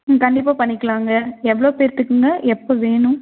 ம் கண்டிப்பாக பண்ணிக்கலாங்க எவ்வளோ பேருத்துக்குங்க எப்போ வேணும்